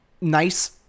nice